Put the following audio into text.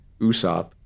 Usopp